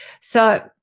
So-